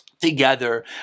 together